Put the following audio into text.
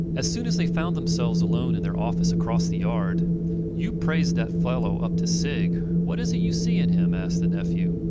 as soon as they found themselves alone in their office across the yard you praised that fellow up to sigg. what is it you see in him? asked the nephew,